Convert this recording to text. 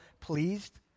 pleased